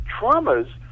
traumas